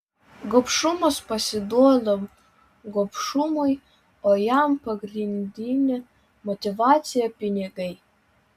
gobšumas pasiduoda gobšumui o jam pagrindinė motyvacija pinigai